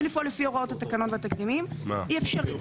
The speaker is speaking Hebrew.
לפעול לפי הוראות התקנון והתקדימים היא אפשרית.